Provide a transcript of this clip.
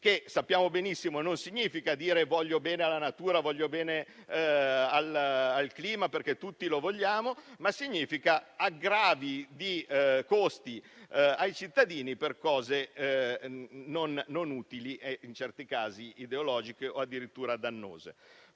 che sappiamo benissimo non significa dire che si vuole bene alla natura e che si vuole bene al clima (questo lo vogliamo tutti), ma significa aggravi di costi per i cittadini per cose non utili e in certi casi ideologiche o addirittura dannose.